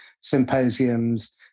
symposiums